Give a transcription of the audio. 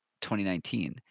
2019